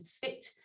fit